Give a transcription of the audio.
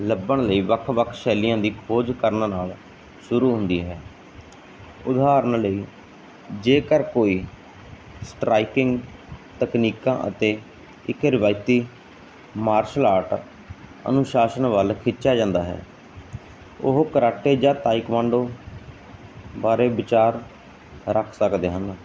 ਲੱਭਣ ਲਈ ਵੱਖ ਵੱਖ ਸ਼ੈਲੀਆਂ ਦੀ ਖੋਜ ਕਰਨ ਨਾਲ ਸ਼ੁਰੂ ਹੁੰਦੀ ਹੈ ਉਦਾਹਰਨ ਲਈ ਜੇਕਰ ਕੋਈ ਸਟਰਾਇਕਿੰਗ ਤਕਨੀਕਾਂ ਅਤੇ ਇੱਕ ਰਿਵਾਇਤੀ ਮਾਰਸ਼ਲ ਆਰਟ ਅਨੁਸ਼ਾਸਨ ਵੱਲ ਖਿਚਿਆ ਜਾਂਦਾ ਹੈ ਉਹ ਕਰਾਟੇ ਜਾਂ ਤਾਈਕਵਾਂਡੋ ਬਾਰੇ ਵਿਚਾਰ ਰੱਖ ਸਕਦੇ ਹਨ